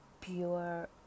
pure